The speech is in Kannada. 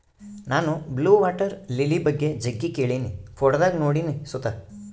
ನಾನು ಬ್ಲೂ ವಾಟರ್ ಲಿಲಿ ಬಗ್ಗೆ ಜಗ್ಗಿ ಕೇಳಿನಿ, ಫೋಟೋದಾಗ ನೋಡಿನಿ ಸುತ